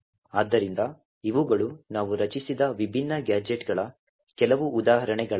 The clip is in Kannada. ಆದ್ದರಿಂದ ಇವುಗಳು ನಾವು ರಚಿಸಿದ ವಿಭಿನ್ನ ಗ್ಯಾಜೆಟ್ಗಳ ಕೆಲವು ಉದಾಹರಣೆಗಳಾಗಿವೆ